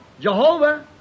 Jehovah